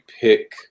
pick